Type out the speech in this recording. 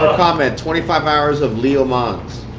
comment, twenty five hours of leo mans.